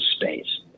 space